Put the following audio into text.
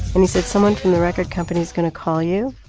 and he said someone from the record company's going to call you